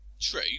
True